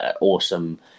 awesome